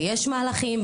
ויש מהלכים,